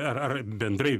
ar ar bendrai